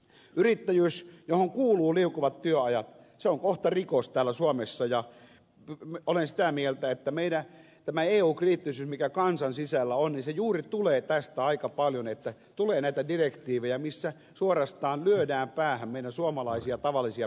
yrittäjyys johon kuuluu liukuvat työajat on kohta rikos täällä suomessa ja nyt olen sitä mieltä että mitä tämä joukko ei kysy mikä kansan sisällä olisi juuri tulee päästä aika paljon niitä tulee näitä direktiivejä missä suorastaan lyödään päähän meitä suomalaisia tavallisia